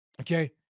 Okay